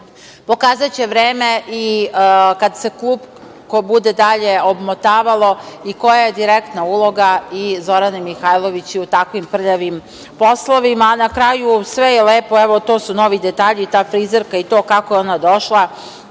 pokazaće vreme i kad se klupko obmotavalo i koja je direktna uloga i Zorane Mihajlović i u takvim poslovima. Na kraju, sve je lepo, evo to su novi detalji, i ta frizerka i to kako je ona došla